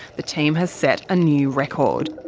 the team has set a new record.